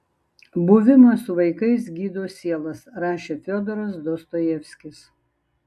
buvimas su vaikais gydo sielas rašė fiodoras dostojevskis